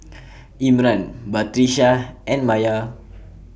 Imran Batrisya and Maya